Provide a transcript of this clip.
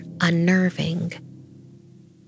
unnerving